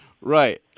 Right